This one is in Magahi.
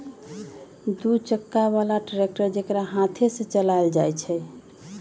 दू चक्का बला ट्रैक्टर जेकरा हाथे से चलायल जाइ छइ